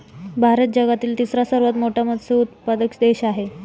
भारत जगातील तिसरा सर्वात मोठा मत्स्य उत्पादक देश आहे